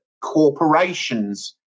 corporations